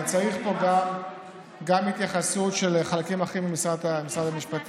אני צריך פה גם התייחסות של חלקים אחרים במשרד המשפטים,